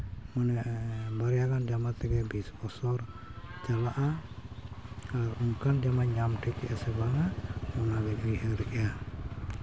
ᱢᱟᱱᱮ ᱵᱟᱨᱭᱟ ᱜᱟᱱ ᱡᱟᱢᱟ ᱛᱮᱜᱮ ᱵᱤᱥ ᱵᱚᱪᱷᱚᱨ ᱪᱟᱞᱟᱜᱼᱟ ᱪᱟᱞᱟᱜᱼᱟ ᱟᱨ ᱚᱱᱠᱟᱱ ᱡᱟᱢᱟᱧ ᱧᱟᱢ ᱴᱷᱤᱠᱮᱜᱼᱟ ᱟᱥᱮ ᱵᱟᱝᱟ ᱚᱱᱟ ᱜᱮᱧ ᱩᱭᱦᱟᱹᱨᱮᱜᱼᱟ